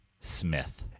Smith